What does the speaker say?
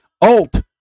alt